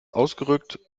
ausgerückt